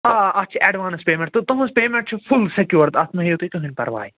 آ اَتھ چھِ اٮ۪ڈوانٕس پیٚمٮ۪نٛٹ تہٕ تُہنٛز پیٚمٮ۪نٛٹ چھِ فُل سٮ۪کیٛور اَتھ مہٕ ہیٚیِو تۄہہِ کٕہینٛۍ پرواے